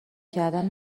کردن